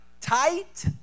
tight